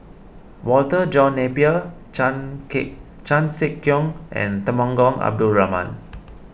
Walter John Napier chan K Chan Sek Keong and Temenggong Abdul Rahman